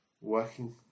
Working